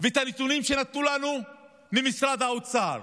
ואת הנתונים שנתנו לנו ממשרד האוצר,